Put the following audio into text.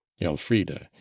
elfride